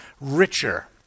richer